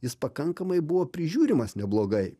jis pakankamai buvo prižiūrimas neblogai